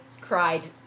cried